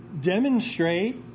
demonstrate